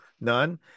none